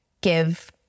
give